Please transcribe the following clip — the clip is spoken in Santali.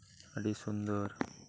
ᱟᱹᱰᱤ ᱥᱩᱱᱫᱚᱨ